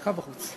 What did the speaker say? יש אזעקה בחוץ.